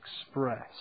express